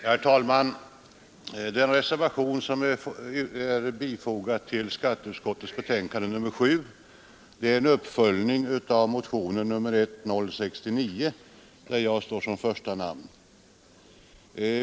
Herr talman! Den reservation som är fogad till skatteutskottets betänkande nr 7 är en uppföljning av motionen nr 1069, där jag står som första namn.